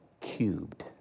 cubed